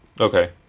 okay